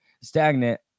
stagnant